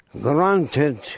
granted